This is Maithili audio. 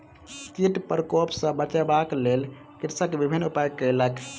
कीट प्रकोप सॅ बचाबक लेल कृषक विभिन्न उपाय कयलक